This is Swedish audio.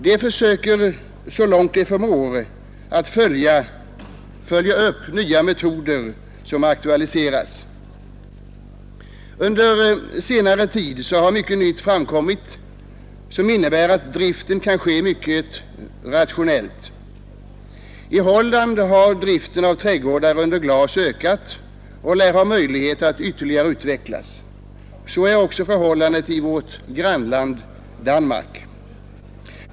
De försöker så långt de förmår att följa upp nya metoder som blir aktuella. Under senare tid har mycket nytt framkommit som innebär att driften kan ske mycket rationellt. I Holland har driften av trädgårdar under glas ökat och lär ha möjlighet att ytterligare utvecklas; så är också förhållandet i vårt grannland Danmark.